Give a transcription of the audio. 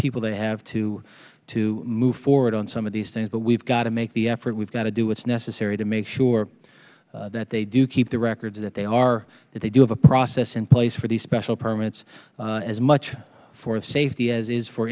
people they have to to move forward on some of these things but we've got to make the effort we've got to do what's necessary to make sure that they do keep the records that they are that they do have a process in place for the special permits as much for the safety as is fo